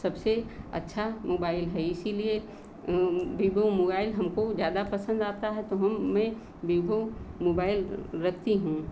सबसे अच्छा मोबाइल है इसीलिए विवो मोबाइल हमको ज़्यादा पसंद आता है तो हम मैं विवो मोबाइल रखती हूँ